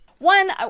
One